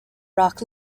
rock